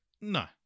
No